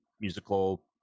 musical